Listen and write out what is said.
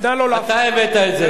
נא לא להפריע, אתה הבאת את זה.